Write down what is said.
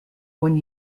one